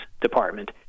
department